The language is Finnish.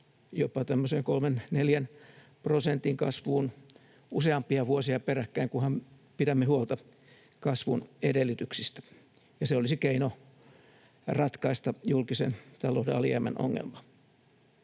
neljän prosentin kasvuun useampia vuosia peräkkäin, kunhan pidämme huolta kasvun edellytyksistä, ja se olisi keino ratkaista julkisen talouden alijäämän ongelmaa.